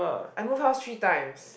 I move house three times